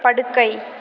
படுக்கை